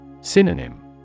Synonym